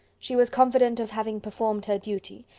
she was confident of having performed her duty,